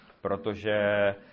protože